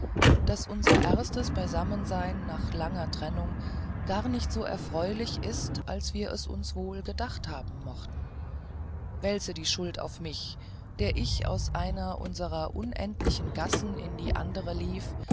daß unser erstes beisammensein nach langer trennung gar nicht so erfreulich ist als wir es uns wohl gedacht haben mochten wälze die schuld auf mich der ich aus einer unserer unendlichen gassen in die andere lief